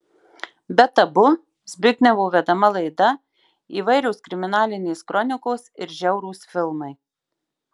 be tabu zbignevo vedama laida įvairios kriminalinės kronikos ir žiaurūs filmai